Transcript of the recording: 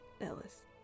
Ellis